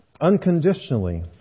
unconditionally